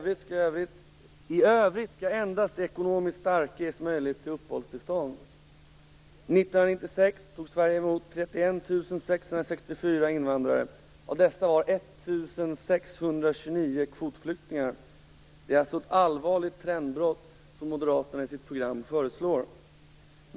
I övrigt skall endast ekonomiskt starka ges möjlighet till uppehållstillstånd. 1996 tog Sverige emot 31 664 invandrare. Av dessa var 1 629 kvotflyktingar. Det är alltså ett allvarligt trendbrott som Moderaterna föreslår i sitt program.